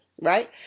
right